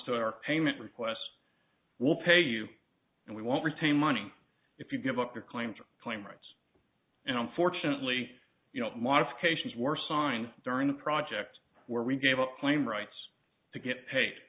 to our payment requests we'll pay you and we won't retain money if you give up your claims or claim rights and unfortunately you know modifications were sign during the project where we gave up claim rights to get paid